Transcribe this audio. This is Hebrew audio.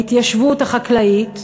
ההתיישבות החקלאית,